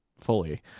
fully